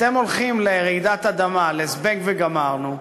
אתם הולכים לרעידת אדמה, ל"זבנג וגמרנו",